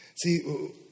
See